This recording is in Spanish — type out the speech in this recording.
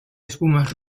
espumas